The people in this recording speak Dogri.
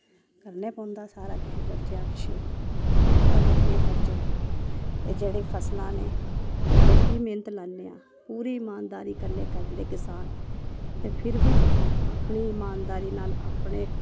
करने पौंदा सारा किश बट्टें पिच्छें अगर केह् करचै एह् जेह्ड़ी फसलां ने बड़ी मेह्नत लान्ने आं पूरी इमानदारी कन्नै करदे किसान ते फिर बी अपनी इमानदारी नाल अपने